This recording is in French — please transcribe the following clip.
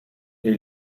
est